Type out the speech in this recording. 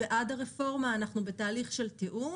ההגנה השלישית היא מה שטלי,